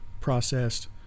processed